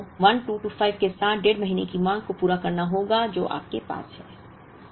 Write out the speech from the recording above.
तो आपको 1225 के साथ डेढ़ महीने की मांग को पूरा करना होगा जो आपके पास है